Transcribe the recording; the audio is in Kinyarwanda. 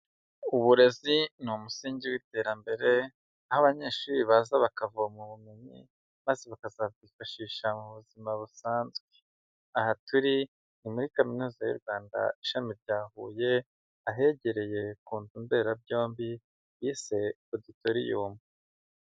Uburezi ni umusingi w'iterambere, aho abanyeshuri baza bakavoma ubumenyi maze bakazabwifashisha mu buzima busanzwe. Aha turi ni muri Kaminuza y'u Rwanda Ishami rya Huye ahegereye ku nzu mberabyombi bise Auditorium.